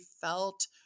felt